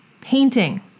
painting